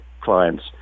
clients